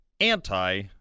anti